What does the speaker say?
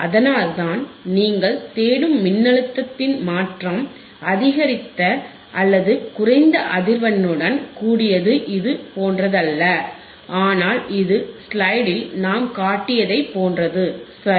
அதனால்தான் நீங்கள் தேடும் மின்னழுத்தத்தின் மாற்றம் அதிகரித்த அல்லது குறைந்த அதிர்வெண்ணுடன் கூடியது இது போன்றதல்ல ஆனால் இது ஸ்லைடில் நாம் காட்டியதைப் போன்றது சரி